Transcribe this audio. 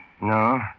No